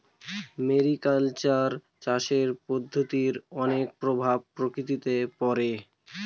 mariculture চাষের পদ্ধতির অনেক প্রভাব প্রকৃতিতে পড়ে